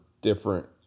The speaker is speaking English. different